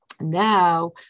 Now